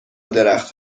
درخت